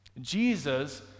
Jesus